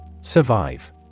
Survive